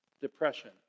depression